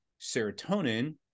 Serotonin